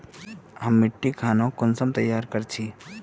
हम मिट्टी खानोक कुंसम तैयार कर छी?